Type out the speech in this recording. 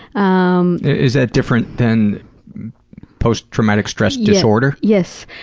um is that different than post-traumatic stress disorder? yes.